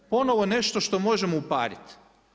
Ponovno nešto što možemo upariti.